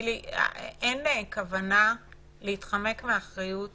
אין כוונה להתחמק מאחריות